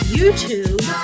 YouTube